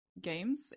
games